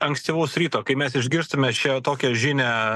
ankstyvaus ryto kai mes išgirstame šią tokią žinią